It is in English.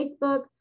Facebook